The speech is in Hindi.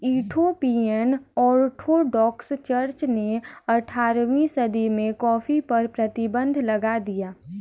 इथोपियन ऑर्थोडॉक्स चर्च ने अठारहवीं सदी में कॉफ़ी पर प्रतिबन्ध लगा दिया